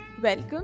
Welcome